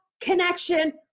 connection